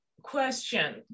question